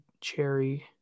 cherry